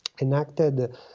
enacted